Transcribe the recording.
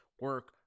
Work